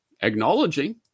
acknowledging